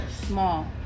small